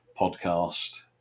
podcast